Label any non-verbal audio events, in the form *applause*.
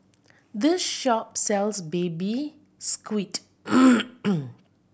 this shop sells Baby Squid *noise*